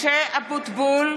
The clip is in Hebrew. משה אבוטבול,